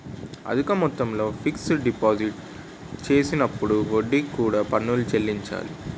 అధిక మొత్తంలో ఫిక్స్ డిపాజిట్లు చేసినప్పుడు వడ్డీకి కూడా పన్నులు చెల్లించాలి